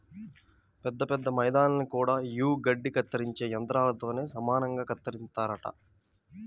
పెద్ద పెద్ద మైదానాల్ని గూడా యీ గడ్డి కత్తిరించే యంత్రాలతోనే సమానంగా కత్తిరిత్తారంట